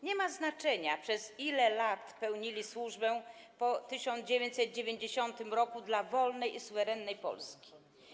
Nie ma znaczenia, przez ile lat pełnili służbę po 1990 r. dla wolnej i suwerennej Polski.